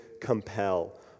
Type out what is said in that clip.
compel